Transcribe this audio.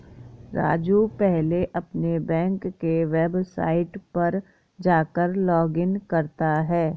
राजू पहले अपने बैंक के वेबसाइट पर जाकर लॉगइन करता है